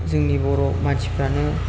जोंनि बर' मानसिफ्रानो